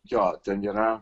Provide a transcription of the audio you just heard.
jo ten yra